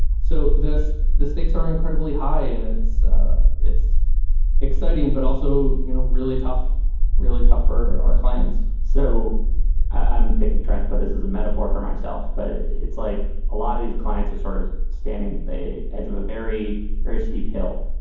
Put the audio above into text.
so this the stakes are incredibly high and it's it's exciting but also you know really tough really tough for our clients so i'm trying but this is a metaphor for myself but it's like a lot of these clients are sort of standing at the edge of a very very steep hill.